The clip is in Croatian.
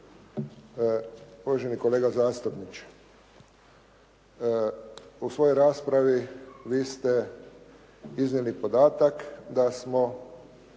Uvaženi kolega zastupniče, u svojoj raspravi vi ste iznijeli podatak da smo